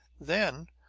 then,